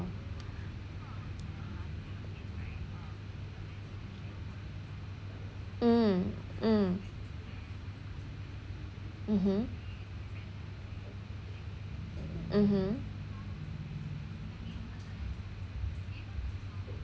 mm mm mmhmm mmhmm